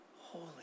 holy